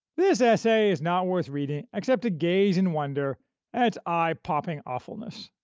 this essay is not worth reading except to gaze in wonder at its eye-popping awfulness.